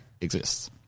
exists